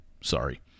Sorry